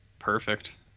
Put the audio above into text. Perfect